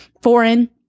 foreign